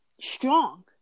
strong